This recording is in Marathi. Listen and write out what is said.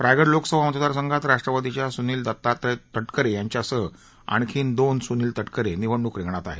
रायगड लोकसभा मतदार संघात राष्ट्रवादीच्या सुनील दत्तात्रय तटकरे यांच्यासह आणखी दोन सुनील तटकरे निवडणूक रिंगणात आहेत